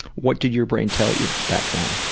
what did you brain tell you back then?